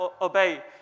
obey